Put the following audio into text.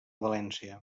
valència